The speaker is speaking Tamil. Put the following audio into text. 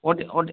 ஓட்டி ஓட்டி